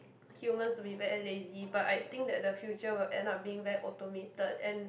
humans to be very lazy but I think that the future will end up being very automated and